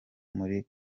muri